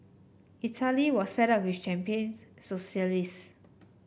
Italy was fed up with champagne